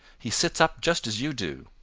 he sits up just as you do.